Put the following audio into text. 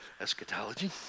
eschatology